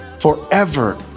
forever